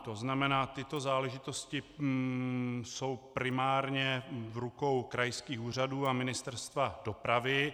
To znamená, tyto záležitosti jsou primárně v rukou krajských úřadů a Ministerstva dopravy.